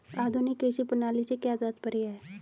आधुनिक कृषि प्रणाली से क्या तात्पर्य है?